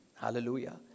Hallelujah